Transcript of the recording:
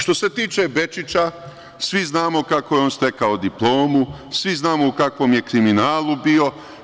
Što se tiče Bečića, svi znamo kako je on stekao diplomu, svi znamo u kakvom je kriminalu bio.